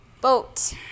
boat